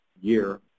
year